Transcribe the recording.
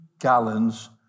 gallons